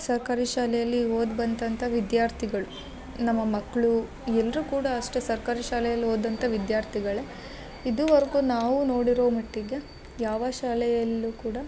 ಸರ್ಕಾರಿ ಶಾಲೇಲಿ ಓದಿ ಬಂದಂಥ ವಿದ್ಯಾರ್ಥಿಗಳು ನಮ್ಮ ಮಕ್ಕಳು ಎಲ್ಲರೂ ಕೂಡ ಅಷ್ಟೆ ಸರ್ಕಾರಿ ಶಾಲೆಯಲ್ಲಿ ಓದ್ದಂಥ ವಿದ್ಯಾರ್ಥಿಗಳೆ ಇದುವರ್ಗು ನಾವು ನೋಡಿರೊ ಮಟ್ಟಿಗ್ಯ ಯಾವ ಶಾಲೆಯಲ್ಲು ಕೂಡ